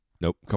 nope